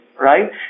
right